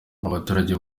abaturage